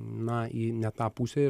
na į ne tą pusę